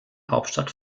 hauptstadt